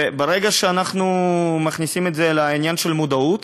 וברגע שאנחנו מכניסים את זה לעניין של מודעות,